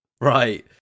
Right